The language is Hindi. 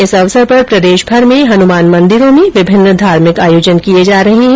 इस अवसर पर प्रदेशभर में हनुमान मंदिरों में विभिन्न धार्मिक आयोजन किये जा रहे है